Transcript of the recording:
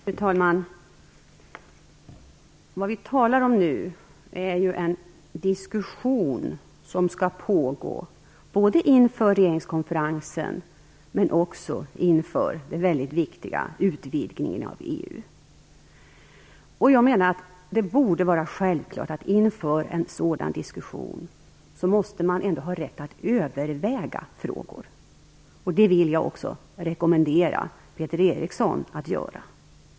Fru talman! Det vi talar om nu är en diskussion som skall pågå både inför regeringskonferensen och inför den mycket viktiga utvidgningen av EU. Det borde vara självklart att man inför en sådan diskussion har rätt att överväga frågor. Det vill jag också rekommendera Peter Eriksson att göra.